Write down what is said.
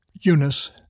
Eunice